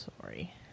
Sorry